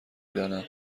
دانم